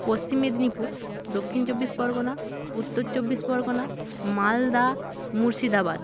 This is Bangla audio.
পশ্চিম মেদিনীপুর দক্ষিণ চব্বিশ পরগনা উত্তর চব্বিশ পরগনা মালদা মুর্শিদাবাদ